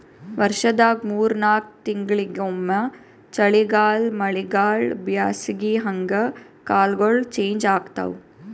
ವರ್ಷದಾಗ್ ಮೂರ್ ನಾಕ್ ತಿಂಗಳಿಂಗ್ ಒಮ್ಮ್ ಚಳಿಗಾಲ್ ಮಳಿಗಾಳ್ ಬ್ಯಾಸಗಿ ಹಂಗೆ ಕಾಲ್ಗೊಳ್ ಚೇಂಜ್ ಆತವ್